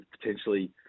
potentially